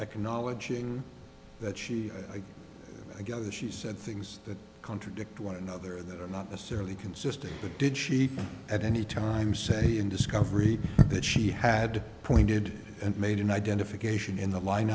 acknowledging that again she said things that contradict one another that are not necessarily consistent but did she at any time say in discovery that she had pointed and made an identification in the line